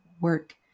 work